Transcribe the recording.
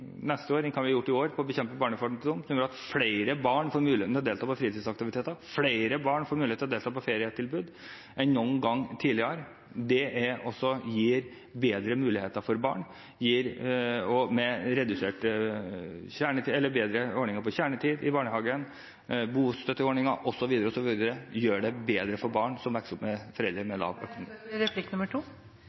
år på å bekjempe barnefattigdom, gjør at flere barn får muligheten til å delta på fritidsaktiviteter og i ferietilbud enn noen gang tidligere. Det gir også bedre muligheter for barn. Bedre ordninger for kjernetid i barnehagen, bostøtteordninger osv. gjør det også bedre for barn som vokser opp med foreldre med lav